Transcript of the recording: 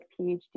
PhD